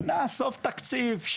ונעזוב תקציב,